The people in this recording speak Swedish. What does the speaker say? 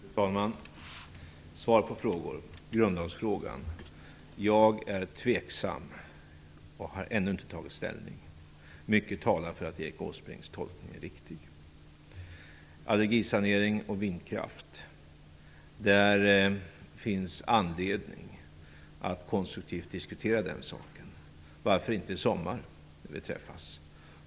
Fru talman! Jag skall svara på frågorna. I grundlagsfrågan är jag tveksam och har ännu inte tagit ställning. Mycket talar för att Erik Åsbrinks tolkning är riktig. Det finns anledning att konstruktivt diskutera frågan om allergisanering och vindkraft, varför inte i sommar när vi träffas.